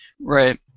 Right